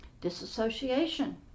Disassociation